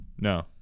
No